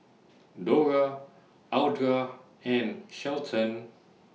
Dora Audra and Shelton